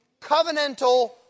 covenantal